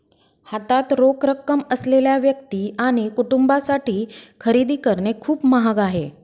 हातात रोख रक्कम असलेल्या व्यक्ती आणि कुटुंबांसाठी खरेदी करणे खूप महाग आहे